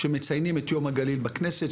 שמציינים את יום הגליל בכנסת,